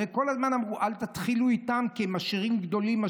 הרי כל הזמן אמרו: אל תתחילו איתם כי הם עשירים גדולים.